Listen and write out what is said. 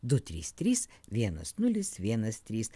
du trys trys vienas nulis vienas trys